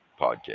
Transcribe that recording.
podcast